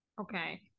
okay